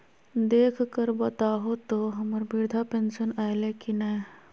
देख कर बताहो तो, हम्मर बृद्धा पेंसन आयले है की नय?